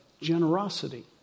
generosity